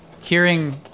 hearing